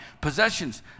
possessions